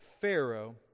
Pharaoh